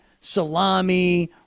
salami